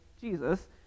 Jesus